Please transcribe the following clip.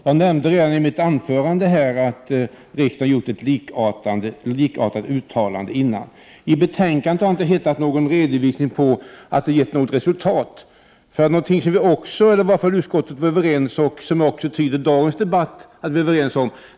Jag nämnde redan i mitt inledningsanförande att riksdagen tidigare gjort ett uttalande. Jag har i betänkandet inte funnit någon redovisning av om detta givit något resultat. Att detta är mycket brådskande är något som utskottet är enigt om och som tydligen även deltagarna i dagens debatt är överens om.